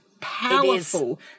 powerful